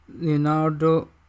Leonardo